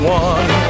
one